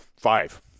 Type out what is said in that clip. five